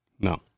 No